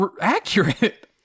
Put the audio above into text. accurate